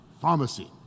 pharmacy